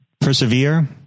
persevere